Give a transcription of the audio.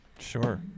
Sure